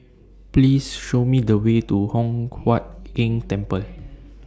Please Show Me The Way to Hock Huat Keng Temple